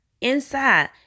inside